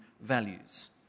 values